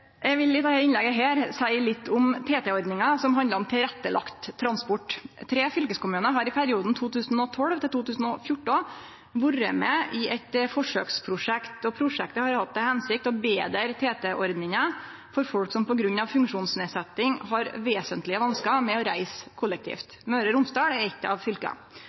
Eg vil i dette innlegget seie litt om TT-ordninga, som handlar om tilrettelagd transport. Tre fylkeskommunar har i perioden 2012–2014 vore med i eit forsøksprosjekt. Prosjektet har hatt til hensikt å betre TT-ordninga for folk som på grunn av funksjonsnedsetting har vesentlege vanskar med å reise kollektivt. Møre og Romsdal er eitt av fylka.